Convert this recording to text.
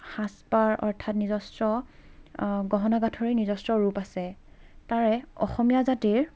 সাজ পাৰ অৰ্থাৎ নিজস্ব গহনা গাঁঠৰি নিজস্ব ৰূপ আছে তাৰে অসমীয়া জাতিৰ